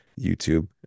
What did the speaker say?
YouTube